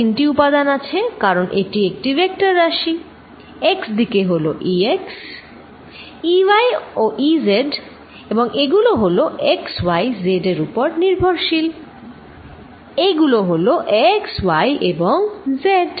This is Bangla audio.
E এর তিনটি উপাদান আছে কারণ এটি একটি ভেক্টর রাশি x দিকে হলো Ex Ey ও Ez এবং এগুলো হলো x y z এর এর উপর নির্ভরশীল এগুলো হলো x y এবং z